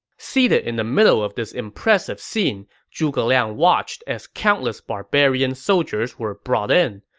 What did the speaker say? seated in the middle of this impressive scene, zhuge liang watched as countless barbarian soldiers were brought in.